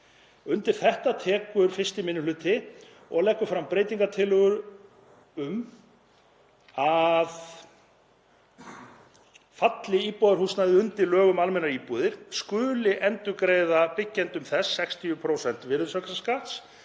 Undir þetta tekur 1. minni hluti og leggur fram breytingartillögu um að falli íbúðarhúsnæði undir lög um almennar íbúðir skuli endurgreiða byggjendum þess 60% virðisaukaskatts